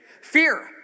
fear